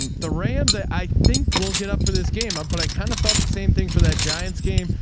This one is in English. and the rams, i think we'll get up for this game, but i kind of thought the same thing for that giants game.